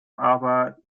aber